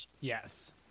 Yes